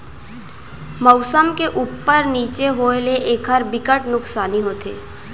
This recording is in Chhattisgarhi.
मउसम के उप्पर नीचे होए ले एखर बिकट नुकसानी होथे